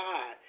God